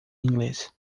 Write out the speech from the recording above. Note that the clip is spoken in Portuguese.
inglês